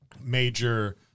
major